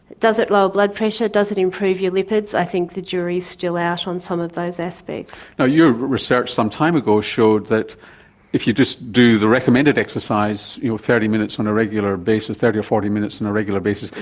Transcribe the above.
does it lower blood pressure, does it improve your lipids? i think the jury is still out on some of those aspects. your research some time ago showed that if you just do the recommended exercise, thirty minutes on a regular basis, thirty or forty minutes on a regular basis,